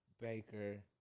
Baker